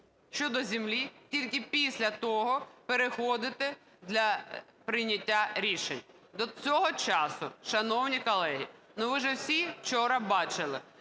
щодо землі, тільки після того переходити до прийняття рішень. До того часу, шановні колеги, ви ж всі вчора бачили,